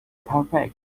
perfect